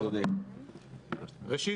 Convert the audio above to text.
תודה רבה.